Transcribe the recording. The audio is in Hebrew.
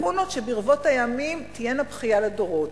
לקונות שברבות הימים תהיינה בכייה לדורות.